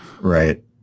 Right